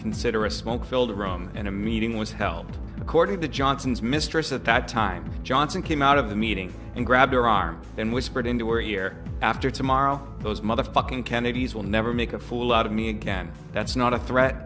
consider a smoke filled room and a meeting was held according to johnson's mistress at the time johnson came out of the meeting and grabbed her arm and whispered into or year after tomorrow those motherfucking kennedys will never make a fool out of me again that's not a threat